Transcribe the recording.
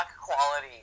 quality